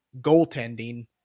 goaltending